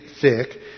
thick